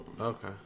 Okay